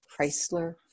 chrysler